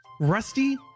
Rusty